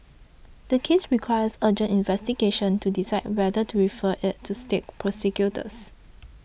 the case requires urgent investigation to decide whether to refer it to state prosecutors